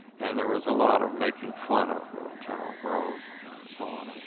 and there was a lot of making fun of general groves and so on.